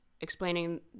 explaining